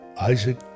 Isaac